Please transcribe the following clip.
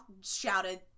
shouted